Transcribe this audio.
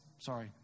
sorry